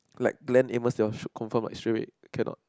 like gland even you confirm will sue it cannot